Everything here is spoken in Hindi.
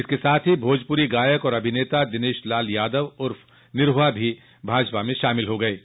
इसके साथ ही भोजपुरी गायक और अभिनेता दिनेश लाल यादव उर्फ निरहआ भी भाजपा में शामिल हो गये हैं